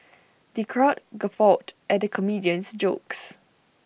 the crowd guffawed at the comedian's jokes